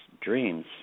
dreams